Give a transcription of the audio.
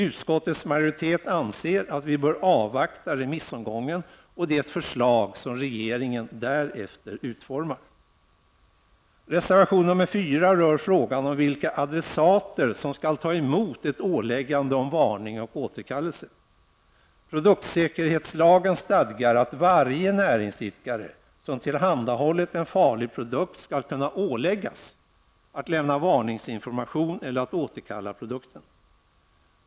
Utskottets majoritet anser att vi bör avvakta remissomgången och det förslag som regeringen därefter utformar. Reservation nr 4 rör frågan om vilka adressater som skall ta emot ett åläggande om varning och återkallelse. Produktsäkerhetslagen stadgar att varje näringsidkare som tillhandahållit en farlig produkt skall kunna åläggas att lämna varningsinformation eller att återkalla produkten.